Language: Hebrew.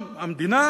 באיזה מקום זה נעלם.